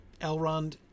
Elrond